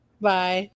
Bye